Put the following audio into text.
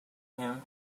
him